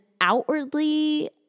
outwardly